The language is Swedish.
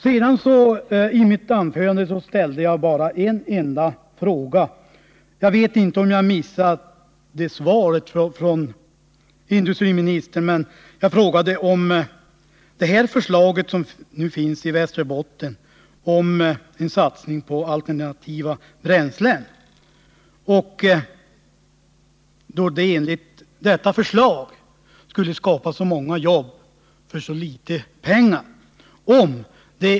I mitt förra anförande ställde jag en enda fråga till industriministern — efter vad jag har uppfattat har jag inte fått något svar på den, men svaret kan ha undgått mig. Frågan gällde det förslag som nu finns i Västerbotten om en satsning på alternativa bränslen, en åtgärd som utan att kräva alltför stora investeringar skulle kunna skapa många nya jobb.